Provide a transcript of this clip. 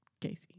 Casey